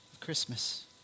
christmas